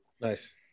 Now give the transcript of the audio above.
nice